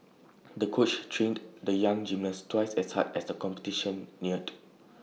the coach trained the young gymnast twice as hard as the competition neared